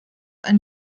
ein